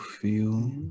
feel